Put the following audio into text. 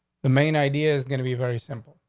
the main idea is gonna be very simple.